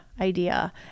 idea